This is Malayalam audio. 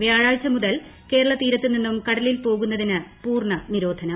വ്യാഴാഴ്ച മുതൽ കേരള തീരത്ത് നിന്നും കടലിൽ പോകുന്നതിന് പൂർണ്ണ നിരോധനം